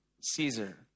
Caesar